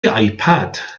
ipad